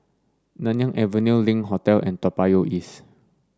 Nanyang Avenue Link Hotel and Toa Payoh East